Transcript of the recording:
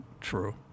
true